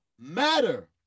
matter